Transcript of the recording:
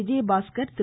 Vijayabaskar Thiru